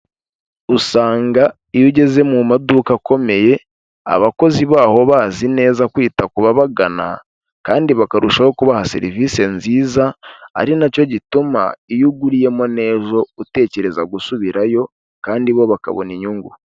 Usanga iyo ugeze mu maduka akomeye, abakozi baho bazi neza kwita kugana kandi bakarushaho kubaha serivisi nziza, ari nacyo gituma iyo uguriyemo neza utekereza gusubirayo kandi bo bakabona inyungu.